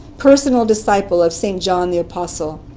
personal disciple of st. john the apostle.